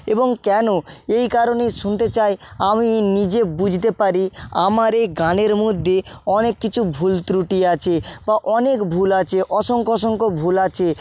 এবং কেনো এই কারণেই শুনতে চাই আমি নিজে বুঝতে পারি আমার এই গানের মধ্যে অনেক কিছু ভুল ত্রুটি আছে বা অনেক ভুল আছে অসংখ্য অসংখ্য ভুল আছে